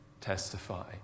testify